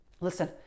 Listen